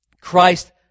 christ